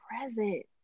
present